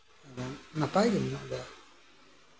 ᱱᱟᱯᱟᱭ ᱜᱮ ᱢᱮᱱᱟᱜ ᱞᱮᱭᱟ